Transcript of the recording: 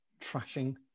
trashing